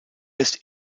ist